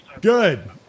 Good